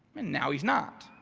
and now he's not.